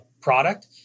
product